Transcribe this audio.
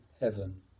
heaven